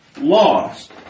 lost